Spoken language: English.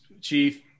Chief